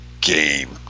game